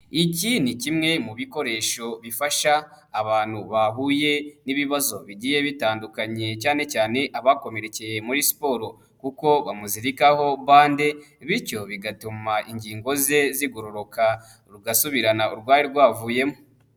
Iki ni kimwe mu bikoresho bifasha abantu bahuye n'ibibazo bigiye bitandukanye cyane cyane abakomerekeye muri siporo kuko bamuzirikaho bande bityo bigatuma ingingo ze zigororoka rugasubirana urwari rwavuyemo.